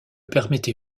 permettez